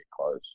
close